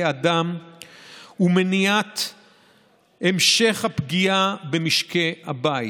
אדם ומניעת המשך הפגיעה במשקי הבית.